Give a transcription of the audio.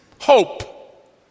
Hope